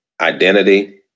identity